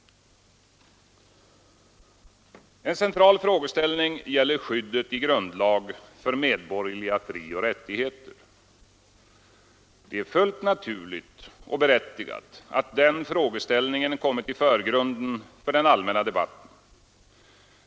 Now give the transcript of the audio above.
En central frågeställning gäller skyddet i grundlag för medborgerliga frioch rättigheter. Det är fullt naturligt och berättigat att den frågeställningen kommit i förgrunden för den allmänna debatten.